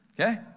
okay